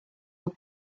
will